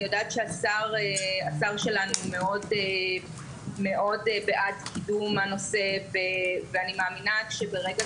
אני יודעת שהשר שלנו מאוד בעד קידום הנושא ואני מאמינה שברגע